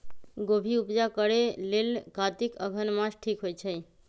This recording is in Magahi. गोभि उपजा करेलेल कातिक अगहन मास ठीक होई छै